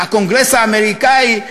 הקונגרס האמריקני,